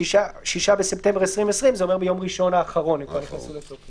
(6 בספטמבר 2020". זה אומר שביום ראשון האחרון הן כבר נכנסו לתוקף.